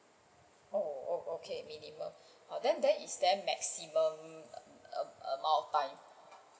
oh o~ okay minimum then is there maximum a~ amount of time